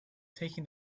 taking